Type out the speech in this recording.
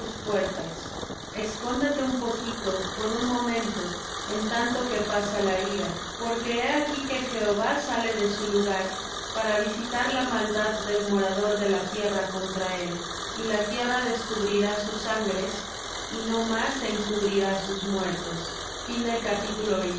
puertas escóndete un poquito por un momento en tanto que pasa la ira porque he aquí que jehová sale de su lugar para visitar la maldad del morador de la tierra contra él y la tierra descubrirá sus sangres y no más encubrirá sus muertos